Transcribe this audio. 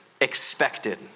expected